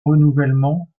renouvellement